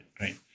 right